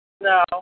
No